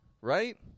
right